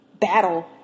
battle